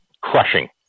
crushing